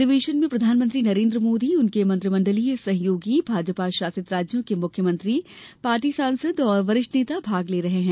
अधिवेशन में प्रधानमंत्री नरेन्द्र मोदी उनके मंत्रिमंडलीय सहयोगी भाजपा शासित राज्यों के मुख्यमंत्री पार्टी सांसद और वरिष्ठ नेता भाग ले रहे हैं